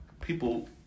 people